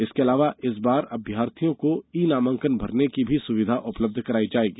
इसके अलावा इस बार अभर्थियों को ई नामांकन भरने की भी सुविधा उपलब्ध कराई जायेगी